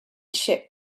ship